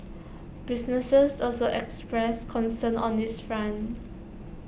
businesses also expressed concern on this front